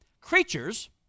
Creatures